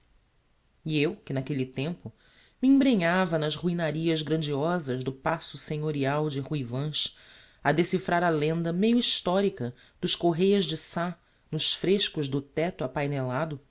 e eu que n'aquelle tempo me embrenhava nas ruinarias grandiosas do paço senhorial de ruivães a decifrar a lenda meio historica dos corrêas de sá nos frescos do tecto apainelado